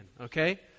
okay